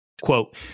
Quote